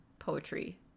poetry